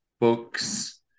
books